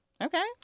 Okay